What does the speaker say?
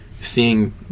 seeing